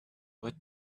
what